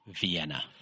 Vienna